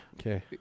okay